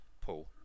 paul